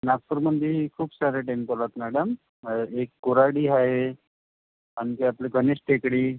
नागपूरमधे खूप सारे टेम्पल आहेत मॅडम एक कोराडी आहे आणखी आपले गणेश टेकडी